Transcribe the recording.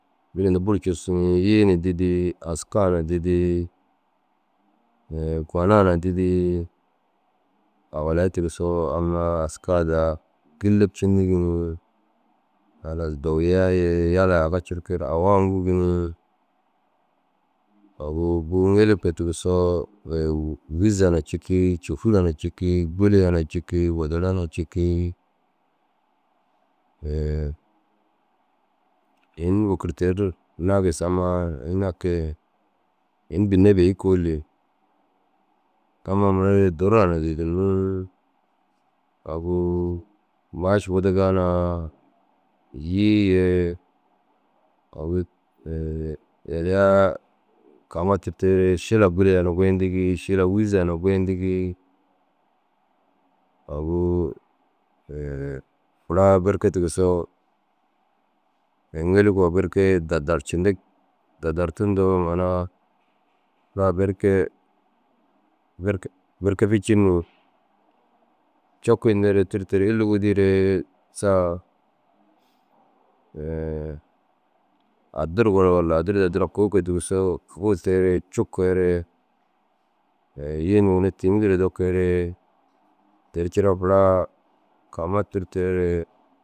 Nii hunduu buru cussu ni yii na didii aska na didii gona na didii awalai tigisoo ammaa askaa daa gêlepcindigi ni. Halas dowiyaa ye yalaa aga curuku awa ûŋgugi ni agu bûu ŋili kege tigisoo wîza na cikii côfura na cikii guleya na cikii wudera na cikii ini wôki teru ammaa nagis ammaa iŋa kege ini bênne bêi kôoli. Ammaa mura ra durra na didinii agu maaši wudugaa na yii ye agu yaliyaa kaama tûrtere šila gûleyaa na goyindigi šila wûzaa na goyindigii agu furaa berke tigisoo ŋili kogoo belke dadar cindigi. Dadarti ntoo mainaa furaa berke berke ficinni cokuyintere turtere illi wudiiree sa adir gor walla adir du addira kuu kege tigisoo guutere cukere yii nuuna tîni duro dokeere te ru cireraa furaa kaama tûrteere